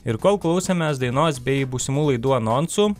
ir kol klausėmės dainos bei būsimų laidų anonsų